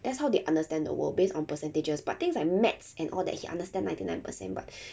that's how they understand the world based on percentages but things like maths and all that he understand ninety nine percent but